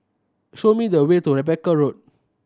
show me the way to Rebecca Road